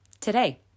today